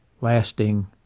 lasting